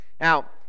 Now